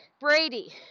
brady